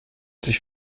sich